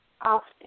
often